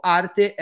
arte